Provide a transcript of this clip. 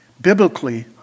biblically